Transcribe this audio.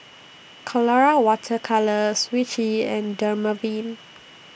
Colora Water Colours Vichy and Dermaveen